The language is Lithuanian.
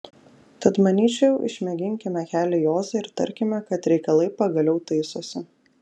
tad manyčiau išmėginkime kelią į ozą ir tarkime kad reikalai pagaliau taisosi